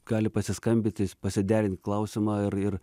gali pasiskambinti pasiderint klausimą ir ir